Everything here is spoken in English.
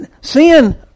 sin